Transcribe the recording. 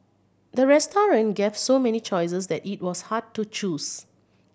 the restaurant gave so many choices that it was hard to choose